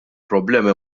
problemi